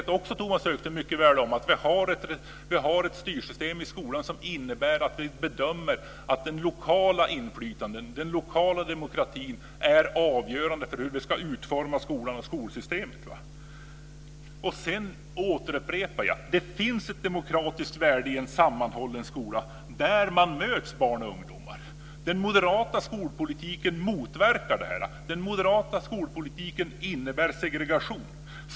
Tomas Högström vet mycket väl om att vi har ett styrsystem i skolan som innebär att vi bedömer att det lokala inflytandet och den lokala demokratin är avgörande för hur vi ska utforma skolan och skolsystemet. Jag återupprepar följande. Det finns ett demokratiskt värde i en sammanhållen skola där barn och ungdomar möts. Den moderata skolpolitiken motverkar det. Den moderata skolpolitiken innebär segregation.